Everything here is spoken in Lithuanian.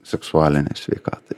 seksualinei sveikatai